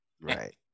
Right